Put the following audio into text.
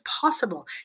possible